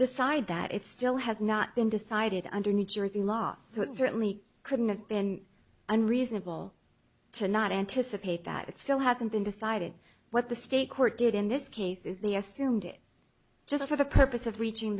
decide that it still has not been decided under new jersey law so it certainly couldn't have been unreasonable to not anticipate that it still hasn't been decided what the state court did in this case is the assumed it just for the purpose of reaching